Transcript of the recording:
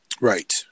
right